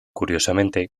curiosamente